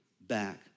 back